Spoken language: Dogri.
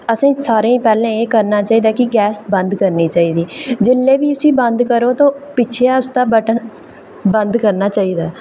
असें सारें गी पैह्लें एह् करना चाहिदा कि गैस बंद करनी चाहिदी जेल्लै बी उसी बंद करो तां पिच्छें एह् ऐ उसदा बटन बंद करना चाहिदा ऐ